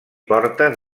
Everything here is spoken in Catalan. portes